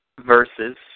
Versus